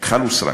כחל ושרק.